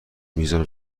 میزان